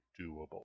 doable